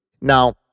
Now